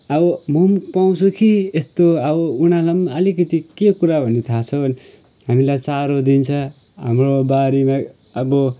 अब म पनि पाउँछु कि यस्तो अब उनीहरूलाई अलिकति के कुरा भन्ने थाह छ भने हामीलाई चारो दिन्छ हाम्रो बारीमा अब